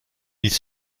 ils